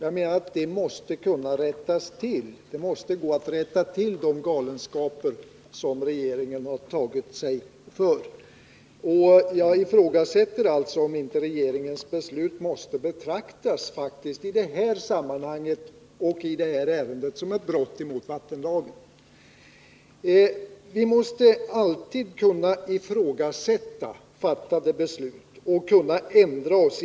Jag menar att det måste gå att rätta till de galenskaper som regeringen har gjort sig skyldig till. Nu ifrågasätter jag om inte regeringens beslut i detta ärende måste betraktas som ett brott mot vattenlagen. Vi måste alltid kunna ifrågasätta fattade beslut och kunna ändra oss.